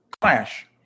clash